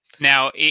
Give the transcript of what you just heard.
Now